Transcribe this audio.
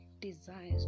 desires